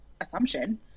assumption